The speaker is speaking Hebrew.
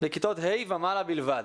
לכיתות ה' ומעלה בלבד".